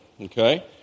okay